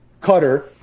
cutter